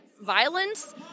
violence